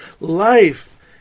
Life